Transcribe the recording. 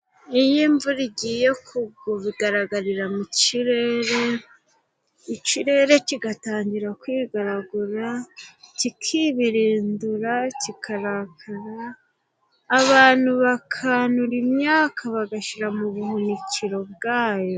Iyo imvura igiye kugwa bigaragarira mu kirere, ikirere kigatangira kwigaragura, kikibirindura, kikarakara, abantu bakanura imyaka bagashyira mu buhunikiro bwayo.